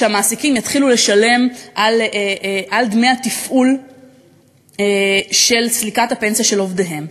שהמעסיקים יתחילו לשלם על דמי התפעול של סליקת הפנסיה של עובדיהם.